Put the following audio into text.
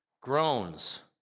groans